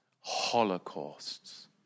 Holocausts